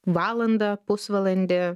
valandą pusvalandį